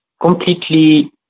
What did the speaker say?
completely